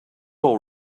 all